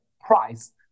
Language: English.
price